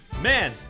Man